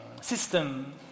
system